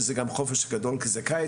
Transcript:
שזה גם חופש גדול כי זה קיץ.